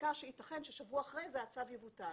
בעיקר כשיתכן ששבוע אחר כך הצו יבוטל.